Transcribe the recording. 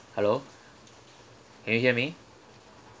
hello can you hear me